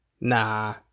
nah